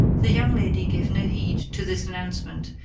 the young lady gave no heed to this announcement,